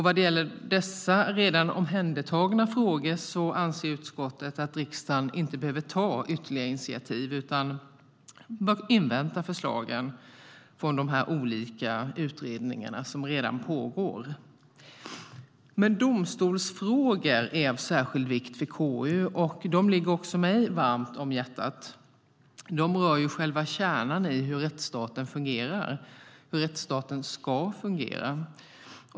Vad gäller dessa redan omhändertagna frågor anser utskottet att riksdagen inte behöver ta ytterligare initiativ utan bör invänta förslagen från de olika utredningar som redan pågår. Men domstolsfrågor är av särskild vikt för KU. De ligger också mig varmt om hjärtat. De rör ju själva kärnan i hur rättsstaten fungerar och hur rättsstaten ska fungera.